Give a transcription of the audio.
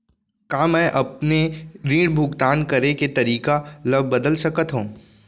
का मैं अपने ऋण भुगतान करे के तारीक ल बदल सकत हो?